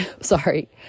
sorry